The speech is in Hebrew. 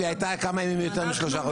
כי היא הייתה כמה ימים יותר משלושה חודשים.